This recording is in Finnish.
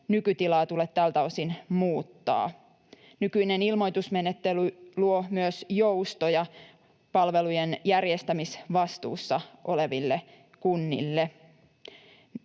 nykytilaa tule tältä osin muuttaa. Nykyinen ilmoitusmenettely luo myös joustoja palvelujen järjestämisvastuussa oleville kunnille.